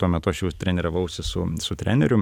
tuo metu aš jau treniravausi su su treneriu